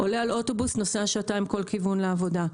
עולה על אוטובוס ונוסע שעתיים לכל כיוון לעבודה.